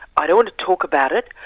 i don't want to talk about it,